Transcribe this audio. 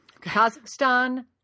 Kazakhstan